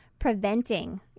preventing